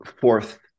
fourth